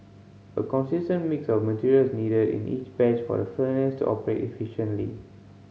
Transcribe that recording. a consistent mix of material is needed in each batch for the furnace to operate efficiently